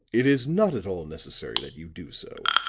it is not at all necessary that you do so.